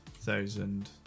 thousand